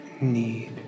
need